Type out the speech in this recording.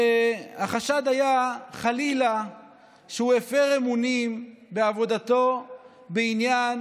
החשד היה חלילה שהוא הפר אמונים בעבודתו בעניין